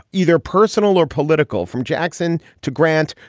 either personal or political, from jackson to grant,